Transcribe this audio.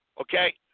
Okay